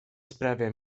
sprawia